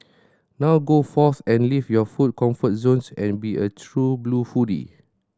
now go forth and leave your food comfort zones and be a true blue foodie